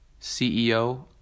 CEO